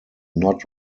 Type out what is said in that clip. not